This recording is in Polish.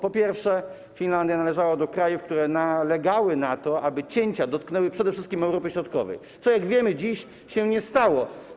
Po pierwsze, Finlandia należała do krajów, które nalegały na to, aby cięcia dotknęły przede wszystkim Europę Środkową, co jak wiemy, dziś się nie stało.